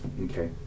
Okay